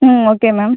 ம் okay ma'am